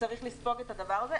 שצריך לספוג את הדבר הזה.